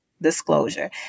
Disclosure